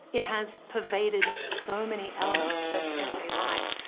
it has pervaded so many elements of everyday life,